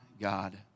God